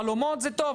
חלומות זה טוב.